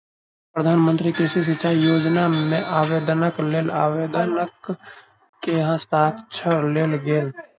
प्रधान मंत्री कृषि सिचाई योजना मे आवेदनक लेल आवेदक के हस्ताक्षर लेल गेल